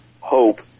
Hope